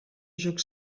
joc